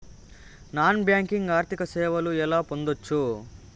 Non banking ఆర్థిక సేవలు ఎలా పొందొచ్చు?